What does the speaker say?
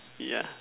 yeah